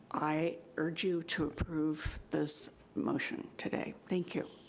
i urge you to approve this motion today. thank you.